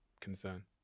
concern